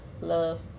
love